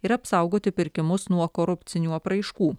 ir apsaugoti pirkimus nuo korupcinių apraiškų